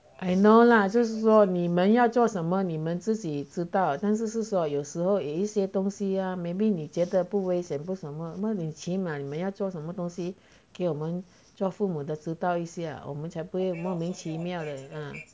I know lah 就是说你们要做什么你们自己知道但是是说有时候一些东西 ya maybe 你觉得不危险不什么你起码你们要做什么东西给我们做父母的知道一下我们才不会莫名其妙的 ah